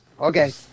Okay